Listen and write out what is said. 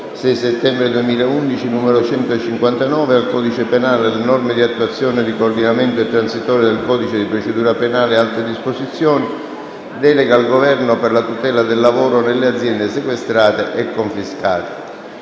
6 settembre 2011, n. 159, al codice penale e alle norme di attuazione, di coordinamento e transitorie del codice di procedura penale e altre disposizioni. Delega al Governo per la tutela del lavoro nelle aziende sequestrate e confiscate